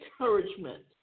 encouragement